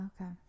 Okay